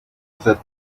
that